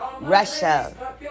Russia